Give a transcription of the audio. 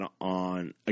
on